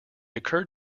occurred